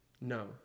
No